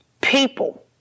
people